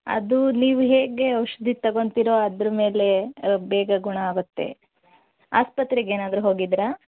ಅದು ನೀವು ಹೇಗೆ ಔಷಧಿ ತೊಗೊಂತಿರೋ ಅದ್ರ ಮೇಲೆ ಬೇಗ ಗುಣ ಆಗುತ್ತೆ ಆಸ್ಪತ್ರೆಗೇನಾದರೂ ಹೋಗಿದ್ದೀರಾ